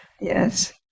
yes